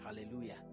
hallelujah